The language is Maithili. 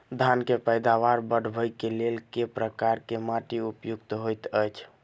धान केँ पैदावार बढ़बई केँ लेल केँ प्रकार केँ माटि उपयुक्त होइत अछि?